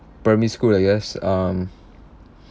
primary school I guess um